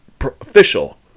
official